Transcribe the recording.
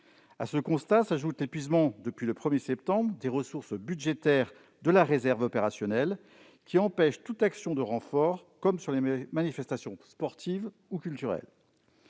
À ce constat s'ajoute l'épuisement, depuis le 1septembre, des ressources budgétaires de la réserve opérationnelle, qui empêche toute action de renfort, par exemple lors des manifestations sportives ou culturelles.